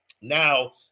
Now